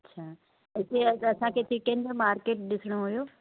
अच्छा हिते अगरि असांखे चिकिन जो मार्केट ॾिसिणो हुओ